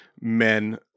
men